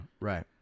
right